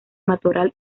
matorral